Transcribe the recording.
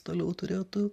toliau turėtų